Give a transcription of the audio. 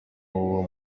w’uwo